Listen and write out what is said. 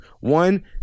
One